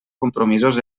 compromisos